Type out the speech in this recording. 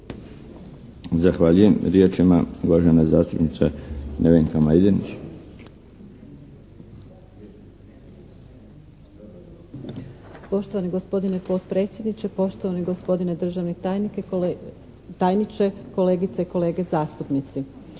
Zahvaljujem. Riječ ima uvažena zastupnica Nevenka Majdenić.